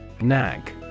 Nag